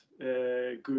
good